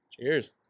Cheers